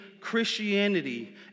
Christianity